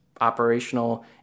operational